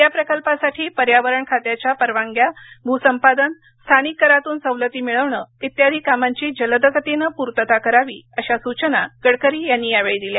या प्रकल्पासाठी पर्यावरण खात्याच्या परवानग्या भूसंपादन स्थानिक करातून सवलती मिळवण इत्यादी कामांची जलदगतीनं पूर्तता करावी अशा सूचना गडकरी यांनी यावेळी दिल्या